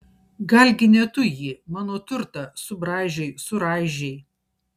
galgi ne tu jį mano turtą subraižei suraižei